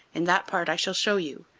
in that part i shall show you,